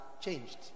changed